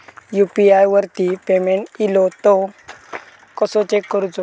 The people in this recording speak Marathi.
यू.पी.आय वरती पेमेंट इलो तो कसो चेक करुचो?